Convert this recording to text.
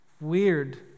weird